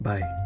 Bye